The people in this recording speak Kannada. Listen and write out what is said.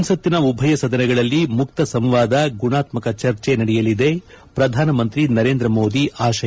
ಸಂಸತ್ತಿನ ಉಭಯ ಸದನಗಳಲ್ಲಿ ಮುಕ್ತ ಸಂವಾದ ಗುಣಾತ್ವಕ ಚರ್ಚೆ ನಡೆಯಲಿದೆ ಪ್ರಧಾನಮಂತ್ರಿ ನರೇಂದ್ರ ಮೋದಿ ಆಶಯ